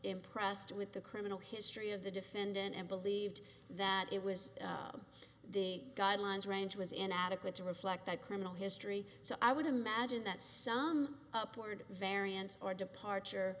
impressed with the criminal history of the defendant and believed that it was the guidelines range was inadequate to reflect that criminal history so i would imagine that some upward variance or departure